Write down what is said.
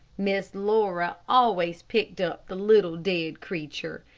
miss laura always picked up the little, dead creature,